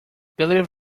believe